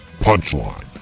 Punchline